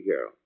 girl